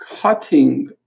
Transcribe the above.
cutting